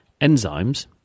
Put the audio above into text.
enzymes